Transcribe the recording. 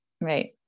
Right